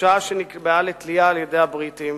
לשעה שנקבעה לתלייה על-ידי הבריטים,